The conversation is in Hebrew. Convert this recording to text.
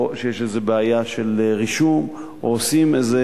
או שיש איזו בעיה של רישום או עושים איזה